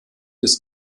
des